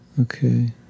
Okay